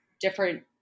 different